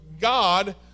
God